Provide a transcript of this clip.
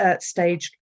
staged